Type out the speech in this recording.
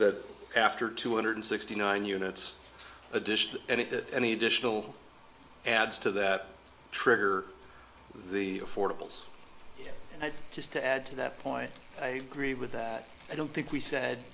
that after two hundred sixty nine units additions and that any additional adds to that trigger the affordable and i just to add to that point i agree with that i don't think we said